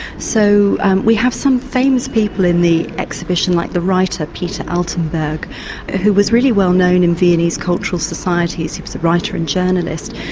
so we have some famous people in the exhibition like the writer peter altenberg who was really well known in viennese cultural society, he was a writer and journalist.